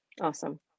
Awesome